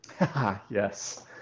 Yes